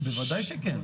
בוודאי שכן.